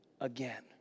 again